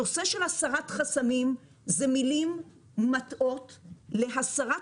הנושא של הסרת חסמים זה מילים מטעות להסרת